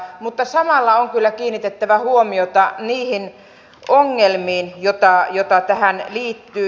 mutta samalla on kyllä kiinnitettävä huomiota niihin ongelmiin joita tähän liittyy